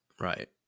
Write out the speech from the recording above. right